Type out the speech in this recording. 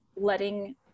letting